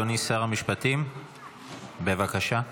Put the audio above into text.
אדוני, שר המשפטים, בבקשה.